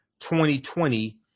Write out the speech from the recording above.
2020